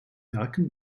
werken